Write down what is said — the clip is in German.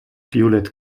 violett